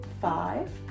five